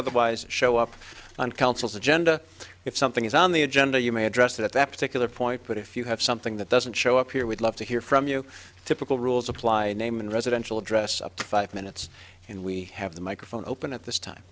otherwise show up on councils agenda if something is on the agenda you may address it at that particular point but if you have something that doesn't show up here we'd love to hear from you typical rules apply name in residential address up to five minutes and we have the microphone open at this time